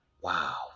wow